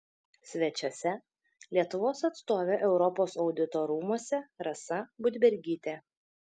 svečiuose lietuvos atstovė europos audito rūmuose rasa budbergytė